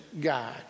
guide